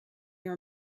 your